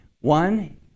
One